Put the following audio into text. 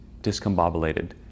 discombobulated